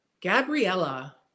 Gabriella